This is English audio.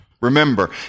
Remember